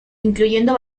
incluyendo